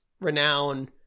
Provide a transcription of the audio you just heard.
renown